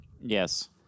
Yes